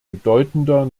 bedeutender